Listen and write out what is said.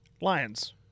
Lions